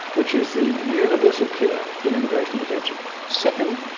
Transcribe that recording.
which is the universal cure in immigration detention second,